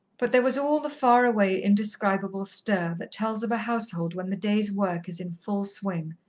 but there was all the far-away, indescribable stir that tells of a household when the day's work is in full swing,